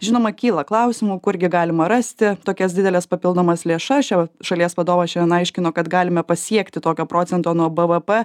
žinoma kyla klausimų kurgi galima rasti tokias dideles papildomas lėšas šios šalies vadovas šiandien aiškino kad galime pasiekti tokio procento nuo bvp